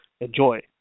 Enjoy